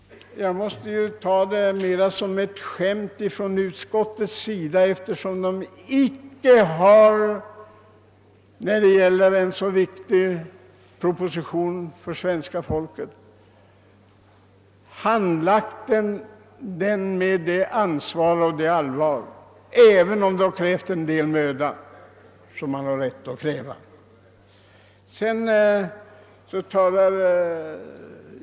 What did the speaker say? Jag måste ta utskottets utlåtande mera som ett skämt, eftersom utskottet inte har handlagt denna för svenska folket så viktiga proposition med det ansvar och det allvar som man haft rätt att kräva även om det hade kostat en del möda.